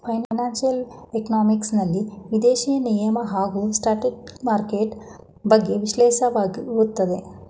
financial economics ನಲ್ಲಿ ವಿದೇಶಿ ವಿನಿಮಯ ಹಾಗೂ ಸ್ಟಾಕ್ ಮಾರ್ಕೆಟ್ ಬಗ್ಗೆ ವಿಶ್ಲೇಷಿಸಲಾಗುತ್ತದೆ